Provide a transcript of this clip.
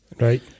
right